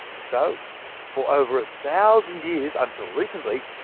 so for over a thousand years until recently,